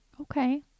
Okay